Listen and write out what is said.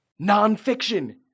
Nonfiction